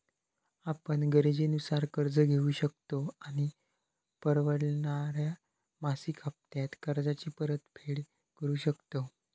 आपण गरजेनुसार कर्ज घेउ शकतव आणि परवडणाऱ्या मासिक हप्त्त्यांत कर्जाची परतफेड करु शकतव